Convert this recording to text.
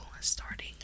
starting